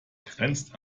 grenzt